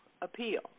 appeal